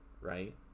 right